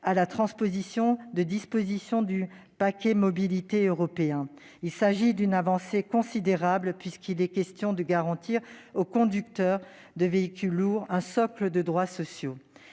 à la transposition de dispositions du paquet mobilité européen. Il s'agit d'une avancée considérable, puisqu'il est question de garantir aux conducteurs de véhicules lourds un socle de droits sociaux.